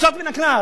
יוצאות מן הכלל,